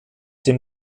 dem